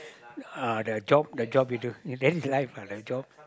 uh the job the job which you then life lah the job